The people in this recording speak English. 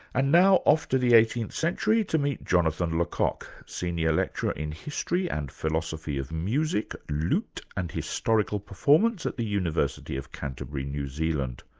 and now off to the eighteenth century to meet jonathan le cocq, senior lecturer in history and philosophy of music, lute, and historical performance at the university of canterbury, new zealand.